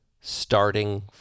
starting